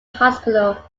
hospital